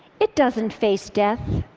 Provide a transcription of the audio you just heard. it doesn't face death.